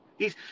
hes